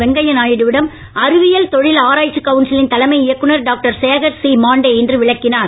வெங்கய்ய நாயுடு விடம்இ அறிவியல் தொழில் ஆராய்ச்சிக் கவுன்சிலில் தலைமை இயக்குநர் டாக்டர் சேகர் சி மாண்டேஇ இன்று விளக்கினார்